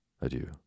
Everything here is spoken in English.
adieu